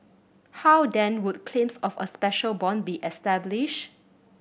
how then would claims of a special bond be established